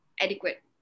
adequate